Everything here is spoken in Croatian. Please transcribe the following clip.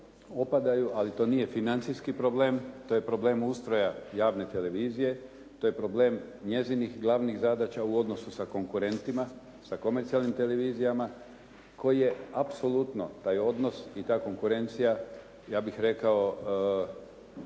ali to nije financijski problem, to je problem ustroja javne televizije, to je problem njezinih glavnih zadaća u odnosu sa konkurentima, sa komercijalnim televizijama koje apsolutno taj odnos i ta konkurencija ja bih rekao